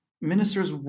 ministers